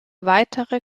weitere